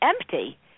empty